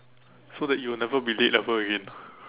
so that you will never be late ever again